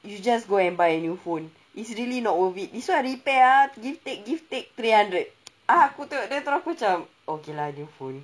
you just go and buy a new phone it's really not worth it this one repair ah give take give take three hundred aku tengok dia terus aku macam okay lah new phone